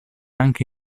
anche